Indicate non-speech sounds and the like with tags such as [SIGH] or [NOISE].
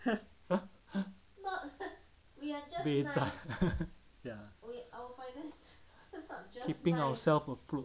[LAUGHS] ya pick ourself afloat